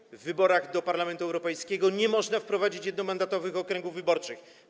Po drugie, w wyborach do Parlamentu Europejskiego nie można wprowadzić jednomandatowych okręgów wyborczych.